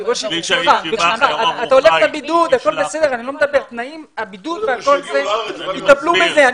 הבידוד והכול, יטפלו בזה.